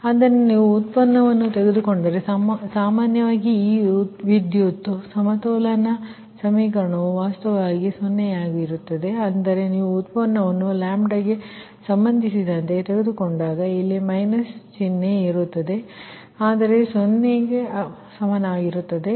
ಆದ್ದರಿಂದ ನೀವು ಉತ್ಪನ್ನವನ್ನು ತೆಗೆದುಕೊಂಡರೆ ಸಾಮಾನ್ಯವಾಗಿ ಈ ವಿದ್ಯುತ್ ಸಮತೋಲನ ಸಮೀಕರಣವು ವಾಸ್ತವವಾಗಿ 0 ಆಗುತ್ತದೆ ಅಂದರೆ ನೀವು ಉತ್ಪನ್ನವನ್ನು ಗೆ ಸಂಬಂಧಿಸಿದಂತೆ ತೆಗೆದುಕೊಂಡಾಗ ಇಲ್ಲಿ ಮೈನಸ್ ಚಿಹ್ನೆ ಇರುತ್ತದೆ ಆದರೆ 0 ಗೆ ಸಮಾನವಾಗಿರುತ್ತದೆ